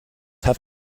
have